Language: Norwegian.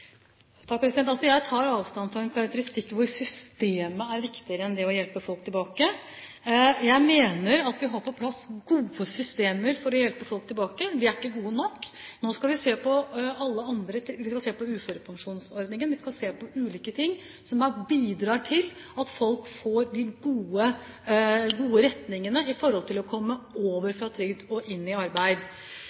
Jeg tar avstand fra en karakteristikk hvor systemet er viktigere enn det å hjelpe folk tilbake. Jeg mener at vi har på plass gode systemer for å hjelpe folk tilbake. De er ikke gode nok. Nå skal vi se på uførepensjonsordningen. Vi skal se på ulike retninger som da kan bidra til at folk kan komme over fra trygd og inn i arbeid. Jeg tar det alvorlig at det er enkelttilfeller som ikke er bra. Dem hører jeg også om, og